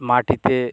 মাটিতে